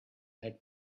egg